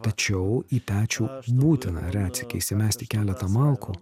tačiau į pečių būtina retsykiais įmesti keletą malkų